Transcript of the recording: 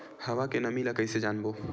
हवा के नमी ल कइसे जानबो?